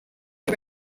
two